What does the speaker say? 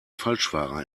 falschfahrer